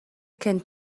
kennt